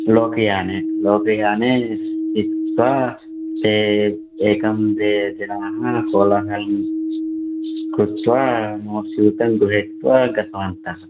लोकयाने लोकयाने स्थित्वा ते एकं द्वे जनाः कोलाहलं कृत्वा मम स्यूतं गृहीत्वा गतवन्तः